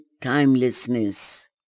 timelessness